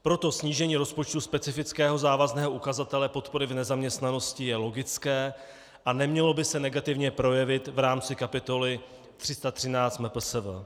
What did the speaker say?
Proto snížení rozpočtu specifického závazného ukazatele podpory v nezaměstnanosti je logické a nemělo by se negativně projevit v rámci kapitoly 313 MPSV.